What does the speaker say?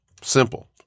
Simple